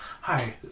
Hi